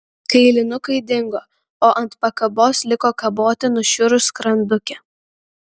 kailinukai dingo o ant pakabos liko kaboti nušiurus skrandukė